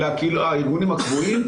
אלא הארגונים הקבועים,